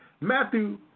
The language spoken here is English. Matthew